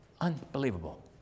Unbelievable